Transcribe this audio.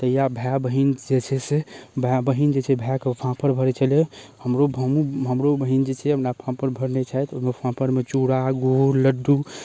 तहिआ भैआ बहिन जे छै से भैआ बहिन जे छै भैआके फाफड़ भरैत छलै हमरो ब हमहु हमरो बहिन जे छै हमरा फाफड़ भरने छथि ओहिमे फाफड़मे चूरा गूड़ लड्डू